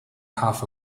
half